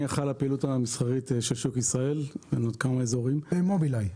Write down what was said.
אני אחראי על הפעילות המסחרית של שוק ישראל ועוד כמה אזורים במובילאיי.